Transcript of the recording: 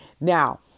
Now